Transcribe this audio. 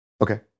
Okay